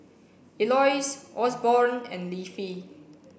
Eloise Osborn and Leafy